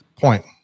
point